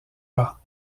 pas